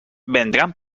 vendrán